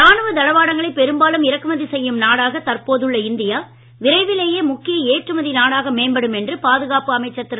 ராணுவ தளவாடங்களை பெரும்பாலும் இறக்குமதி செய்யும் நாடாகத் தற்போதுள்ள இந்தியா விரைவிலேயே முக்கிய ஏற்றுமதி நாடாக மேம்படும் என்று பாதுகாப்பு அமைச்சர் திரு